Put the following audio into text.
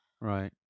Right